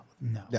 no